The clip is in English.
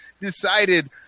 decided